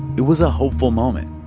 it was a hopeful moment.